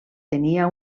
tenia